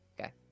Okay